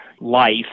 life